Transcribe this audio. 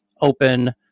open